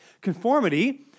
Conformity